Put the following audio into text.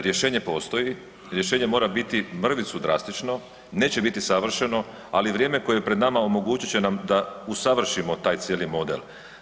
Rješenje postoji, rješenje mora biti mrvicu drastično, neće biti savršeno, ali vrijeme koje je pred nama omogućit će nam da usavršimo taj cijeli model.